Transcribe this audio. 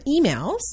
emails